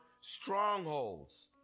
strongholds